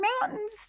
mountains